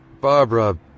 Barbara